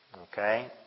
okay